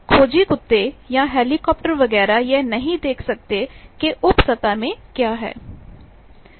खोजी कुत्ते या हेलीकॉप्टर वगैरह यह नहीं देख सकते कि उप सतह में क्या है